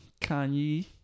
Kanye